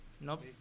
Nope